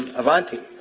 avanti.